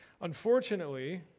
unfortunately